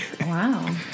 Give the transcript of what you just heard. Wow